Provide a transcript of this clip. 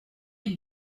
est